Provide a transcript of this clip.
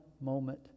moment